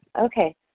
Okay